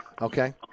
Okay